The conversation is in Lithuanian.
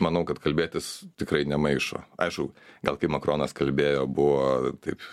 manau kad kalbėtis tikrai nemaišo aišku gal kaip makronas kalbėjo buvo taip